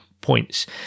points